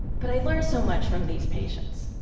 but, i learned so much from these patients.